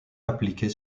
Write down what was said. appliqués